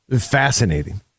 fascinating